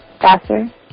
Faster